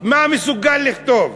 מה הוא מסוגל לכתוב.